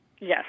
Yes